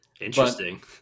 interesting